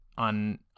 On